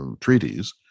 treaties